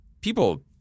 people